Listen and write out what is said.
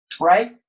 right